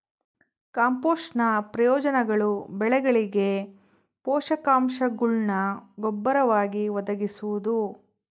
ಕಾಂಪೋಸ್ಟ್ನ ಪ್ರಯೋಜನಗಳು ಬೆಳೆಗಳಿಗೆ ಪೋಷಕಾಂಶಗುಳ್ನ ಗೊಬ್ಬರವಾಗಿ ಒದಗಿಸುವುದು